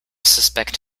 suspect